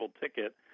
ticket